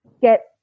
get